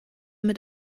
mit